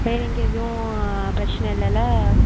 வேறு எங்கே எதுவும் பிரச்சன இல்லைல